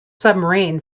submarine